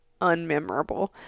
unmemorable